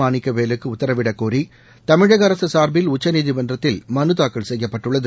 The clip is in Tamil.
மாணிக்கவேலுக்கு உத்தரவிடக் கோரி தமிழக அரசு சார்பில் உச்சநீதிமன்றத்தில் மனுதாக்கல் செய்யப்பட்டுள்ளது